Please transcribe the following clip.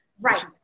Right